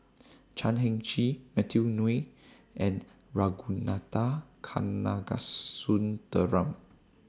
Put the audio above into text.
Chan Heng Chee Matthew Ngui and Ragunathar Kanagasuntheram